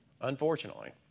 unfortunately